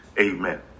Amen